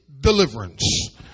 deliverance